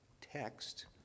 text